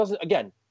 Again